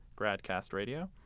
GradCastRadio